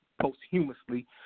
posthumously